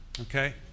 Okay